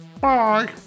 Bye